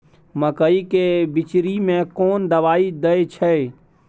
मकई के बिचरी में कोन दवाई दे छै?